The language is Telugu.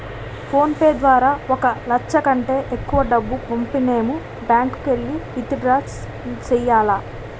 ఫోన్ పే ద్వారా ఒక లచ్చ కంటే ఎక్కువ డబ్బు పంపనేము బ్యాంకుకెల్లి విత్ డ్రా సెయ్యాల